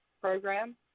program